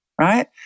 right